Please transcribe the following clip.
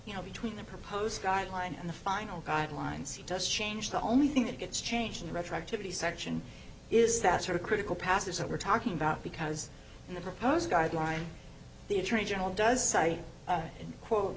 you know between the proposed guideline and the final guidelines he does change the only thing that gets changed in the retroactivity section is that sort of critical passes that we're talking about because in the proposed guidelines the attorney general does cite quote